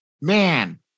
Man